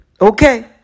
Okay